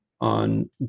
on